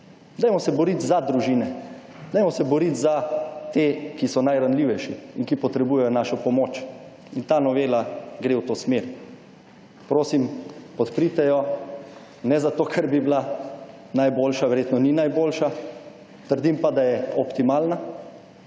Dajmo se boriti za družine. Dajmo se boriti za te, ki so najranljivejši in ki potrebujejo našo pomoč. In ta novela gre v to smer. Prosim podprite jo. Ne zato, ker bi bila najboljša. Verjetno ni najboljša. Trdim pa, da je optimalna.